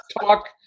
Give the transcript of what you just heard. talk